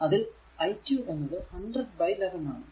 അതിൽ i 2 എന്നത് 100 by 11 ആണ്